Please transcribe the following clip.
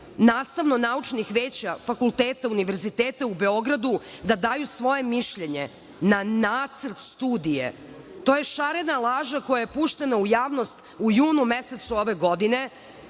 nastavno-naučnih veća fakulteta univerziteta u Beogradu da daju svoje mišljenje na nacrt studije. To je šarena laža koja je puštena u javnost u junu mesecu ove godine